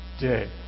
day